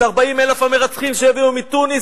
את 40,000 המרצחים שהביאו מתוניס,